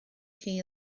chi